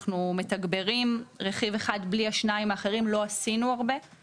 אנחנו רואים את זה גם בעוד דברים במדינת ישראל.